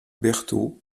berthault